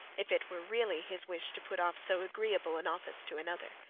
if it were really his wish to put off so agreeable an office to another.